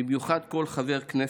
במיוחד כל חבר כנסת.